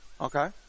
Okay